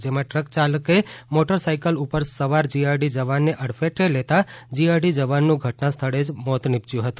જેમાં ટ્રક ચાલકે મોટરસાયકલ ઉપર સવાર જીઆરડી જવાનને અડફેટમાં લેતા જીઆરડી જવાનું ઘટનાસ્થળે જ કરુણ મોત નીપજયું હતું